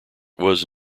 was